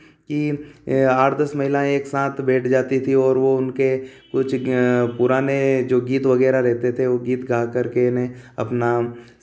कि आठ दस महिलाएँ एक साथ बैठ जाती थीं और वे उनके कुछ पुराने जो गीत वगेरह रहते थे वे गीत गाकर के इन्हें अपना